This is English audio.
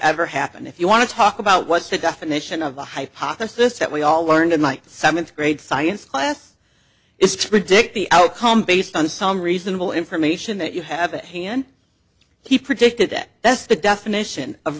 ever happened if you want to talk about what's the definition of a hypothesis that we all learned in like the seventh grade science class is to predict the outcome based on some reasonable information that you have at hand he predicted that that's the definition of